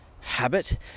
habit